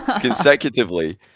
consecutively